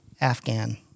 Afghan